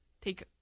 take